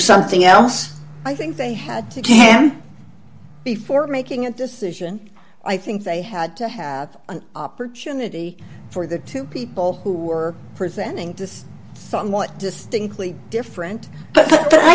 something else i think they had to get him before making a decision i think they had to have an opportunity for the two people who were presenting to someone distinctly different